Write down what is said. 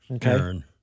Karen